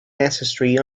ancestry